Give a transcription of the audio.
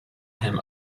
him